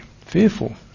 fearful